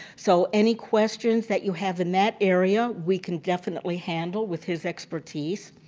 so any questions that you have in that area we can definitely handle with his expertise.